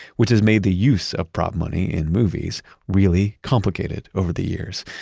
which has made the use of prop money in movies really complicated over the years.